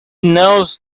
knows